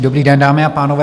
Dobrý den, dámy a pánové.